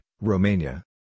Romania